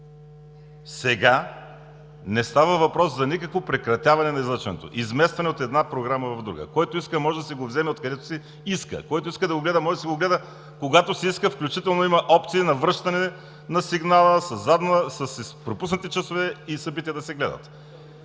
Сега не става въпрос за никакво прекратяване на излъчването, изместено е от една програма в друга. Който иска, може да си го вземе откъдето си иска. Който иска да го гледа, може да го гледа когато си иска, включително има опции за връщане на сигнала с пропуснати часове и събития да се гледат.